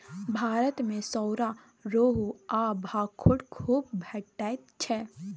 भारत मे सौरा, रोहू आ भाखुड़ खुब भेटैत छै